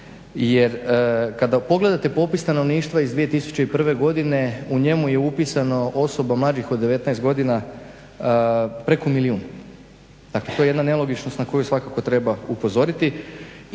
jer kada pogledate popis stanovništva iz 2001. godine u njemu je upisano osoba mlađih od 19 godina preko milijun. Dakle, to je jedna nelogičnost na koju svakako treba upozoriti